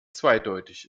zweideutig